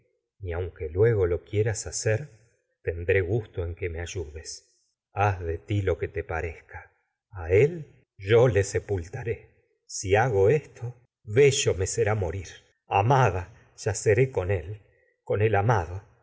ni aunque luego lo quieras hacer tendré ti gusto en que me ayudes haz de lo que me te parezca a él yo le será morir sepultaré si hago esto con bello amada yaceré él con el ama